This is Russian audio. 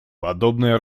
подобное